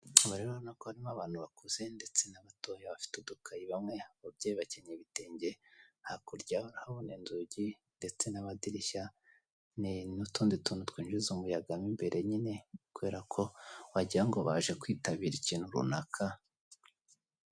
Aha rero urabona ko harimo abantu bakuze ndetse n'abato bafite udukayi bamwe, ababyeyi bakenyeye ibitenge, hakurya hari inzugi ndetse n'amadirishya n'utundi tuntu twinjiza umuyaga mo imbere nyine kubera ko wagira ngo baje kwitabira ikintu runaka.